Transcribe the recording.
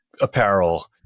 apparel